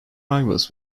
rivals